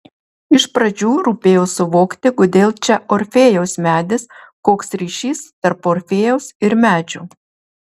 iš pradžių rūpėjo suvokti kodėl čia orfėjaus medis koks ryšys tarp orfėjaus ir medžio